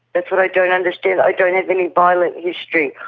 that's what i don't understand. i don't have any violent history.